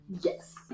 Yes